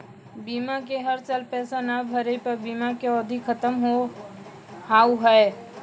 बीमा के हर साल पैसा ना भरे पर बीमा के अवधि खत्म हो हाव हाय?